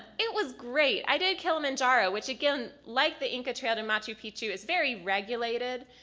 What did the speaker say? it was great i did kilimanjaro, which again like the inca trail in machu picchu is very regulated.